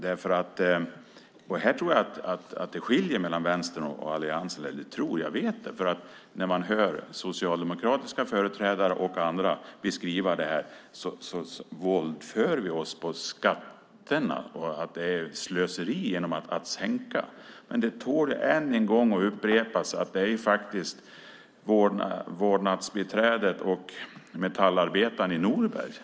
Här vet jag att det skiljer mellan Vänstern och alliansen. När man hör socialdemokratiska företrädare och andra beskriva detta säger de att vi våldför oss på skatterna och att det är ett slöseri att sänka. Det tål än en gång att upprepas - det som sades om vårdbiträdet och metallarbetaren i Norberg.